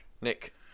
Nick